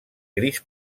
gris